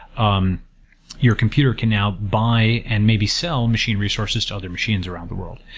um your computer can now buy and maybe sell machine resources to other machines around the world.